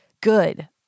good